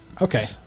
Okay